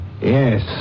Yes